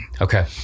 okay